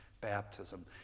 Baptism